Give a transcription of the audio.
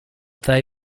they